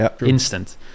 instant